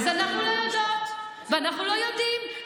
אז אנחנו לא יודעות ואנחנו לא יודעים.